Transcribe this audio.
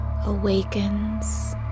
awakens